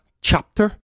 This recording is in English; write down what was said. chapter